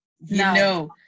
No